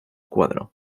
cuadro